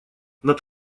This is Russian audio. над